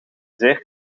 zeer